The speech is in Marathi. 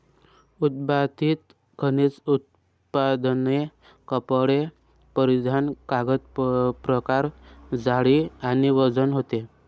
उत्पादित खनिज उत्पादने कपडे परिधान कागद प्रकार जाडी आणि वजन होते